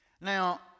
Now